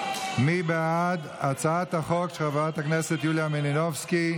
מי בעד הצעת החוק של חברת הכנסת יוליה מלינובסקי?